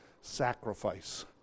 sacrifice